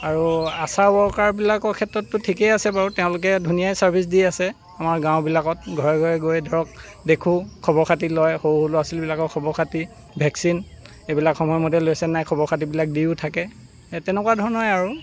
আৰু আশা ৱৰ্কাৰবিলাকৰ ক্ষেত্ৰততো ঠিকেই আছে বাৰু তেওঁলোকে ধুনীয়া ছাৰ্ভিচ দি আছে আমাৰ গাঁওবিলাকত ঘৰে ঘৰে গৈ ধৰক দেখো খবৰ খাতি লয় সৰু সৰু ল'ৰা ছোৱালীবিলাকৰ খবৰ খাতি ভেক্সিন এইবিলাক সময়মতে লৈছেনে নাই খবৰ খাতিবিলাক দিও থাকে সেই তেনকুৱা ধৰণৰে আৰু